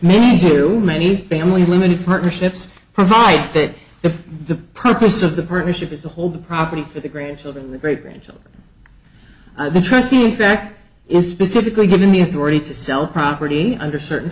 made too many family limited partnerships provide that if the purpose of the partnership is the hold property for the grandchildren great grandchildren the trustee in fact is specifically given the authority to sell property under certain